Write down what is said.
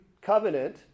covenant